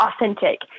authentic